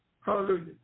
hallelujah